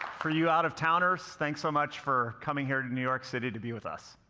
for you out-of-towners, thanks so much for coming here to new york city to be with us.